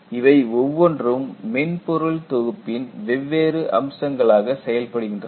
இவை ஒவ்வொன்றும் மென்பொருள் தொகுப்பின் வெவ்வேறு அம்சங்களாக செயல்படுகின்றன